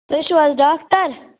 تُہۍ چھِو حظ ڈاکٹر